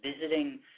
visiting